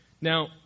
Now